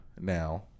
now